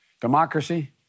Democracy